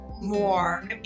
More